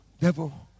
devil